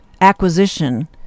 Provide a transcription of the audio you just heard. acquisition